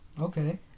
Okay